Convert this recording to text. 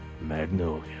Magnolia